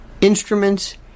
instruments